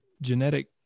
genetic